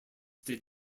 did